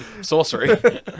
sorcery